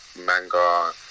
manga